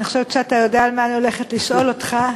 אני חושבת שאתה יודע על מה אני הולכת לשאול אותך.